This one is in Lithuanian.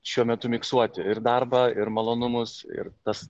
šiuo metu miksuoti ir darbą ir malonumus ir tas